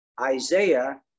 Isaiah